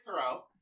throw